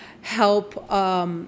help